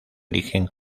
origen